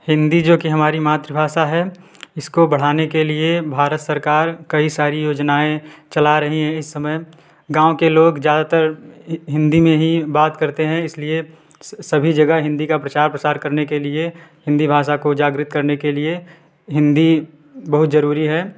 हिन्दी जोकि हमारी मातृभाषा है इसको बढ़ाने के लिए भारत सरकार कई सारी योजनाएं चला रही हैं इस समय गाँव के लोग ज़्यादातर हिन्दी में ही बात करते है इसलिए सभी जगह हिन्दी का प्रचार प्रसार करने के लिए हिन्दी भाषा को जागृत करने के लिए हिन्दी बहुत जरूरी है